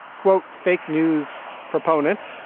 quote, fake news proponents.